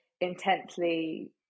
intensely